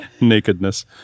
Nakedness